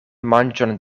manĝon